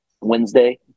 Wednesday